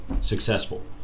successful